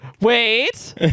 Wait